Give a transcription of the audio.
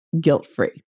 guilt-free